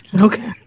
Okay